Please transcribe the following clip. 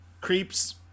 Creeps